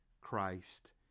Christ